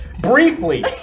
Briefly